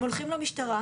הם הולכים למשטרה.